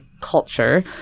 culture